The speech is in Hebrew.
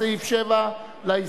בסעיף 7 להסתייגויות.